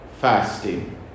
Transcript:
Fasting